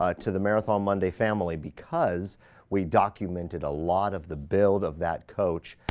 ah to the marathon monday family because we documented a lot of the build of that coach,